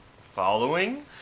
Following